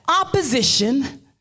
opposition